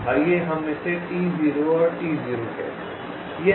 आइए हम फिर से इसे T0 और T0 कहते हैं